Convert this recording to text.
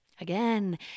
Again